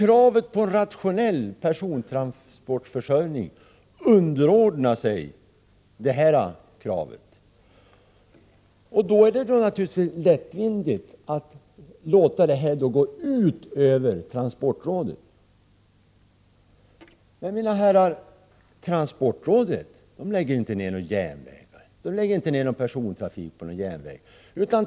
Kravet på rationell persontransportförsörjning får underordnas det kravet. Det är naturligtvis lättvindigt att då låta det gå ut över transportrådet. Men, mina herrar, transportrådet lägger inte ned persontrafiken på järnvägarna.